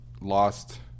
lost